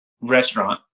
restaurant